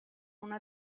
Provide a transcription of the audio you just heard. una